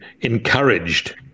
encouraged